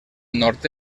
nord